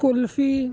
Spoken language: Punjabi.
ਕੁਲਫੀ